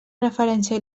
referència